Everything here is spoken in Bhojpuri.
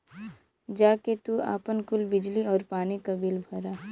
जा के तू आपन कुल बिजली आउर पानी क बिल भरा